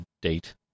date